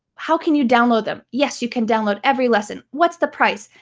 how can you download them? yes you can download every lesson. what's the price?